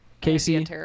Casey